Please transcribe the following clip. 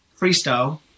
freestyle